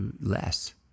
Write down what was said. less